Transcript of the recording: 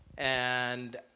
and